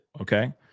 okay